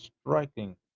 striking